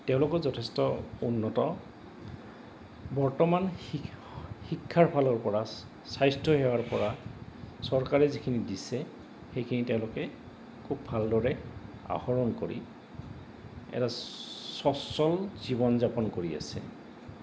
তেওঁলোকক যথেষ্ট উন্নত বৰ্তমান শিক্ষাৰ ফালৰ পৰা স্বাস্থ্যসেৱাৰ পৰা চৰকাৰে যিখিনি দিছে সেইখিনি তেওঁলোকে খুব ভালদৰে আহৰণ কৰি এটা সচ্চল জীৱন যাপন কৰি আছে